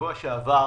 בשבוע שעבר